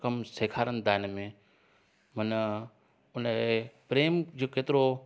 कमु सेखारनि था इनमें माना उनमें प्रेम जो केतिरो